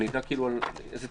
שנדע איזה תיקונים.